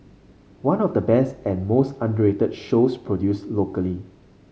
one of the best and most underrated shows produced locally